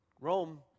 Rome